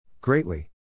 Greatly